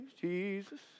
Jesus